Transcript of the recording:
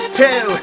two